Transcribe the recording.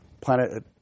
planet